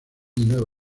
nueva